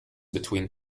between